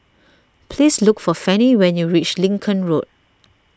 please look for Fanny when you reach Lincoln Road